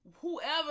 whoever